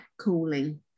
cooling